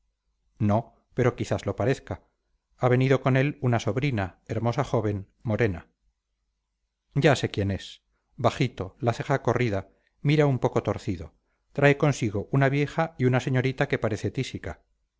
no pero quizás lo parezca ha venido con él una sobrina hermosa joven morena ya sé quién es bajito la ceja corrida mira un poco torcido trae consigo una vieja y una señorita que parece tísica